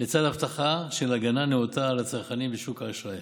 לצד הבטחה של הגנה נאותה על הצרכנים בשוק האשראי.